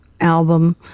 album